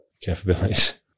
capabilities